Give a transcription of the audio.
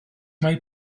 mae